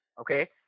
Okay